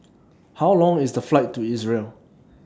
How Long IS The Flight to Israel